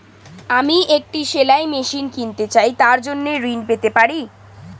আমি একটি সেলাই মেশিন কিনতে চাই তার জন্য ঋণ পেতে পারি?